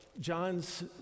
John's